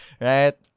right